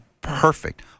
perfect